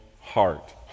heart